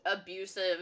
abusive